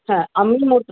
হ্যাঁ আমিই মোট